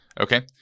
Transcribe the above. Okay